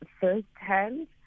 firsthand